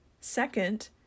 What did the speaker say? Second